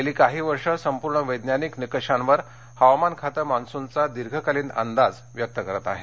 गेली काही वर्ष संपूर्ण वझ्तनिक निकषांवर हवामान खातं मान्सूनचा दीर्घकालीन अंदाज व्यक्त करतं आहे